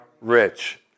rich